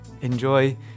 enjoy